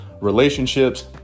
relationships